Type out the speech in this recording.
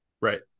Right